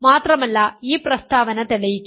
മാത്രമല്ല ഈ പ്രസ്താവന തെളിയിക്കാം